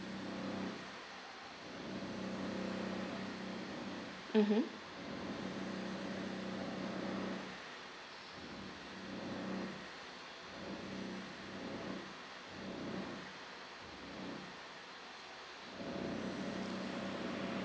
mmhmm